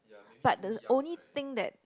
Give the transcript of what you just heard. but the only thing that